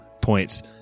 points